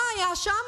מה היה שם?